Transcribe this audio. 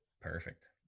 perfect